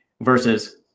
versus